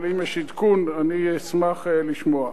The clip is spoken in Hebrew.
אבל אם יש עדכון אני אשמח לשמוע.